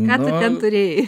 ką tu ten turėjai